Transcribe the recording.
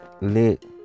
lit